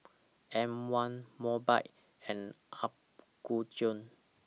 M one Mobike and Apgujeong